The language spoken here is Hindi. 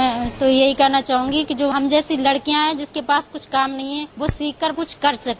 मैं तो यही कहना चाहूँगी कि जो हम जैसी लड़कियां हैं जिसके पास कुछ काम नहीं है वह सीख कर कुछ कर सके